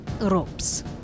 ropes